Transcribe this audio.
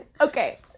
okay